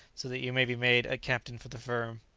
so that you may be made a captain for the firm.